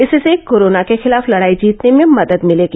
इससे कोरोना के खिलाफ लड़ाई जीतने में मदद मिलेगी